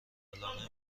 علاقه